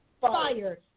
fired